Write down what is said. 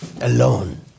alone